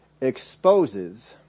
exposes